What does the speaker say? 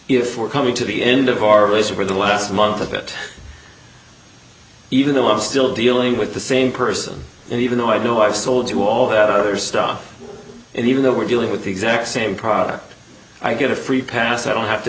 if we're coming to the end of our ways over the last month of it even though i'm still dealing with the same person and even though i know i've sold you all that other stuff and even though we're dealing with the exact same product i get a free pass i don't have to